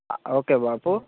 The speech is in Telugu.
ఓకే బాపు